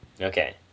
Okay